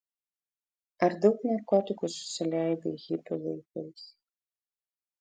ar daug narkotikų susileidai hipių laikais